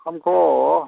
हमको